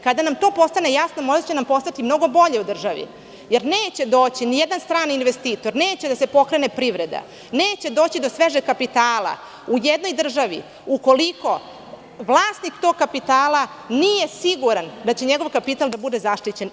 Kada nam to postane jasno, možda će nam postati mnogo bolje u državi, jer neće doći nijedan strani investitor, neće da se pokrene privreda, neće doći do svežeg kapitala u jednoj državi ukoliko vlasnik tog kapitala nije siguran da će njegov kapital da bude zaštićen.